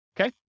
Okay